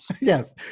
Yes